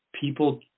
People